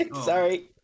Sorry